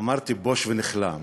אמרתי, בוש ונכלם.